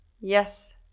Yes